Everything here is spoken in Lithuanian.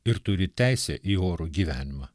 ir turi teisę į orų gyvenimą